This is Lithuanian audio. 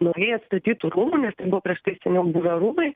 naujai atstatytų rūmų nes ten buvo prieš tai seniau buvę rūmai